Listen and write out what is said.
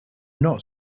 not